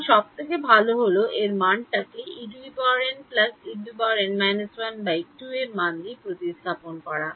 সুতরাং সবথেকে ভালো হলো এই মানটাকে এরমান দিয়ে প্রতিস্থাপন করা